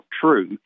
true